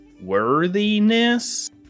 worthiness